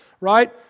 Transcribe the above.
right